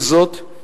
עם זאת,